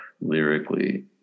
lyrically